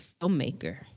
filmmaker